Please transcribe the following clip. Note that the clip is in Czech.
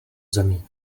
zemí